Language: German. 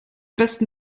besten